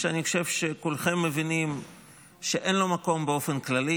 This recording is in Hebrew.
שאני חושב שכולכם מבינים שאין לו מקום באופן כללי.